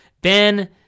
Ben